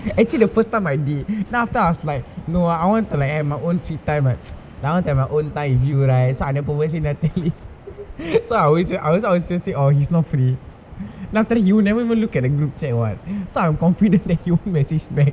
actually the first time I did then after I was like no ah I want to have like my own sweet time right I want to have my own time with you right so I purposely never tell him so I'll I'll just say oh he's not free then after that he would never even look at the group chat [what] so I'm confident that he won't message back